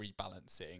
rebalancing